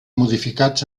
modificats